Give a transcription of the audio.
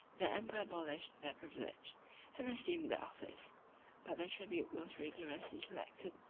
the emperor abolished their privilege and assumed their office but the tribute was rigorously collected,